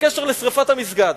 בקשר לשרפת המסגד.